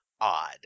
odd